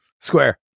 Square